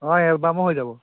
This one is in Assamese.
অঁ এলবামো হৈ যাব